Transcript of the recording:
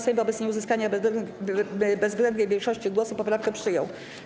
Sejm wobec nieuzyskania bezwzględnej większości głosów poprawkę przyjął.